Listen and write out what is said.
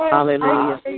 Hallelujah